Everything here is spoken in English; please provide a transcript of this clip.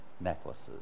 necklaces